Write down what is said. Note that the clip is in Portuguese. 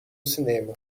cinema